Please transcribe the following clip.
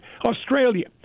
Australia